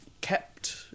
kept